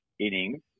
innings